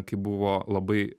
kai buvo labai